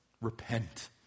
Repent